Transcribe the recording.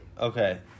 Okay